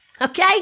okay